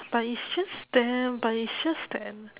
but it's just damn but is just damn